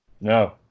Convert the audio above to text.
No